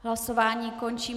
Hlasování končím.